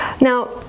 Now